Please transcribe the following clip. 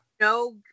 no